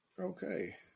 Okay